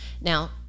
Now